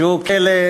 שהוא כלא